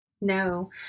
no